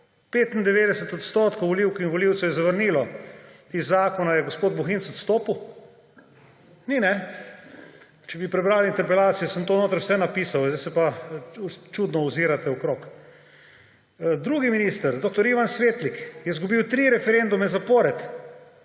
95 odstotkov volivk in volivcev je zavrnilo tisti zakon. Ali je gospod Bohic odstopil? Ni, ne. Če bi prebrali interpelacijo, sem to notri vse napisal, zdaj se pa čudno ozirate okoli. Drugi minister, dr. Ivan Svetnik, je izgubil tri referendume zapored